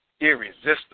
irresistible